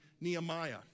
Nehemiah